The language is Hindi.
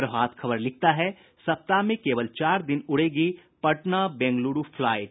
प्रभात खबर लिखता है सप्ताह में कोवल चार दिन उड़ेगी पटना बेंगलुरू फ्लाईट